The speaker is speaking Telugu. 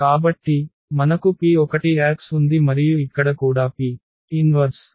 కాబట్టి మనకు P 1 Ax ఉంది మరియు ఇక్కడ కూడా P 1 ఉంది